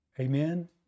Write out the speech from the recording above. Amen